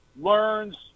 learns